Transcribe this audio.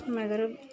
में अगर